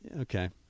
okay